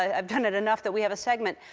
ah i've done it enough that we have a segment.